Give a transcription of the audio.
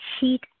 heat